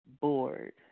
bored